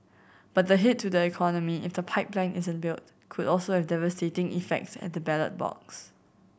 but the hit to the economy if the pipeline isn't built could also have devastating effects at the ballot box